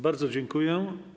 Bardzo dziękuję.